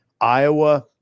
Iowa